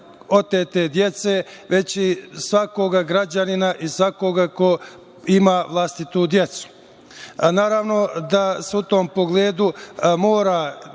otete dece, već i svakog građanina i svakoga ko ima vlastitu decu. Naravno da se u tom pogledu mora